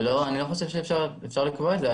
אני לא חושב שאפשר לקבוע את זה.